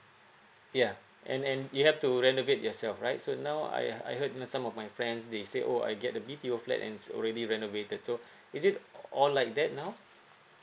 yeah and and you have to renovate yourself right so now I I heard the some of my friends they say oh I get the B_T_O flat and already renovated so is it all like that now